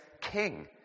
king